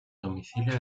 domicilio